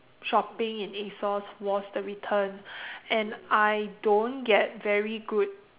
shopping in A_S_O_S was the return and I don't get very good